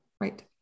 right